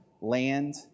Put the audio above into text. land